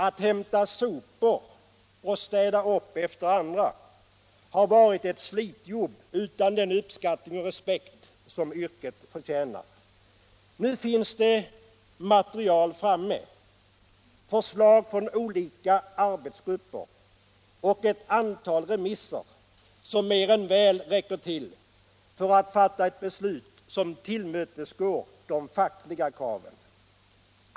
Att hämta sopor — att städa bort efter andra — har varit ett slitjobb utan den uppskattning och respekt som yrket förtjänar. Nu finns material och förslag från olika arbetsgrupper och ett antal remissvar som mer än väl räcker till för att fatta ett beslut som tillmötesgår de fackliga kraven.